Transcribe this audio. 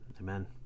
Amen